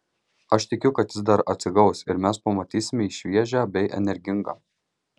aš tikiu kad jis dar atsigaus ir mes pamatysime jį šviežią bei energingą